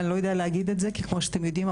אבל אני לא יודעת להגיד את זה כי כמו שאתם יודעים,